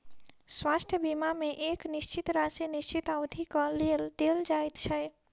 स्वास्थ्य बीमा मे एक निश्चित राशि निश्चित अवधिक लेल देल जाइत छै